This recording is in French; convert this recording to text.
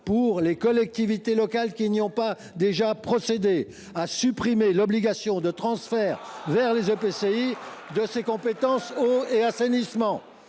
pour les collectivités locales qui n’y auraient pas déjà procédé, à la suppression de l’obligation de transfert vers les EPCI des compétences eau et assainissement.